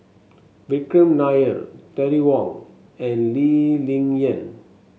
Vikram Nair Terry Wong and Lee Ling Yen